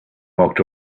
walked